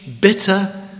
bitter